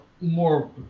more